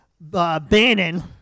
Bannon